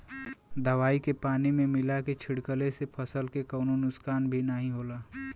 दवाई के पानी में मिला के छिड़कले से फसल के कवनो नुकसान भी नाहीं होला